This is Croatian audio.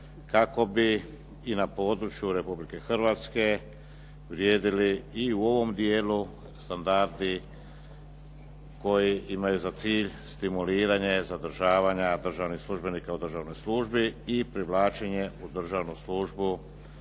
kako bi i na području Republike Hrvatske vrijedili i u ovom dijelu standardi koji imaju za cilj stimuliranje, zadržavanja državnih službenika u državnoj službi i privlačenje u državnu službu kvalitetnih